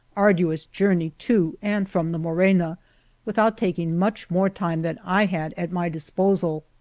arduous journey to and from the morena without taking much more time than i had at my disposal.